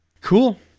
Cool